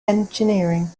engineering